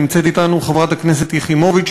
נמצאת אתנו חברת הכנסת יחימוביץ,